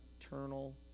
eternal